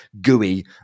gooey